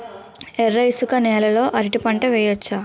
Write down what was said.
ఎర్ర ఇసుక నేల లో అరటి పంట వెయ్యచ్చా?